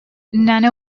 none